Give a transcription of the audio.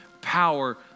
power